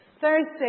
Thursday